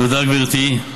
תודה, גברתי.